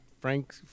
Frank